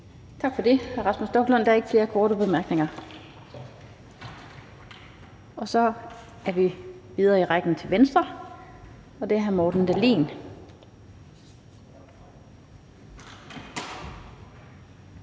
Tak for det til hr. Rasmus Stoklund. Der er ikke flere korte bemærkninger. Så er vi videre i rækken til Venstre. Det er hr. Morten Dahlin.